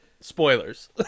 Spoilers